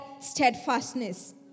steadfastness